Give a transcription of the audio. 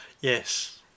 Yes